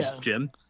Jim